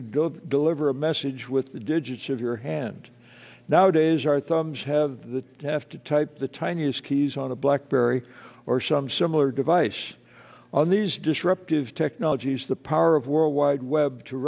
to deliver a message with the digits of your hand nowadays our thumbs have the have to type the tiniest keys on a blackberry or some similar device on these disruptive technologies the power of world wide web to